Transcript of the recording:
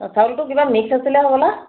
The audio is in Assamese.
চাউলটো কিবা মিক্স আছিলে হ'বলা